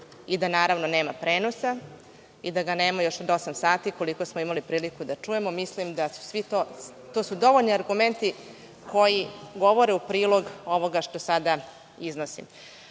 i da naravno nema prenosa, i da ga nema još od osam sati koliko smo imali priliku da čujemo, mislim da su to dovoljni argumenti koji govore u prilog ovoga što sada iznosim. Ovaj